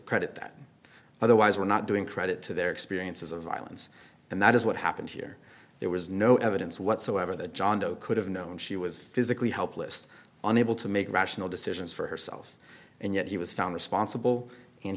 credit that otherwise we're not doing credit to their experiences of violence and that is what happened here there was no evidence whatsoever that john doe could have known she was physically helpless unable to make rational decisions for herself and yet he was found responsible and